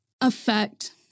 affect